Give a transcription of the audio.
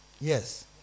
Yes